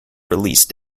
release